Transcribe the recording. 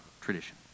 tradition